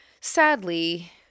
sadly